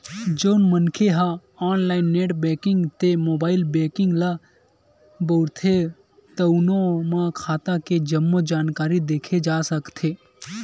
जउन मनखे ह ऑनलाईन नेट बेंकिंग ते मोबाईल बेंकिंग ल बउरथे तउनो म खाता के जम्मो जानकारी देखे जा सकथे